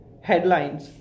headlines